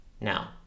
Now